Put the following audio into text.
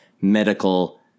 medical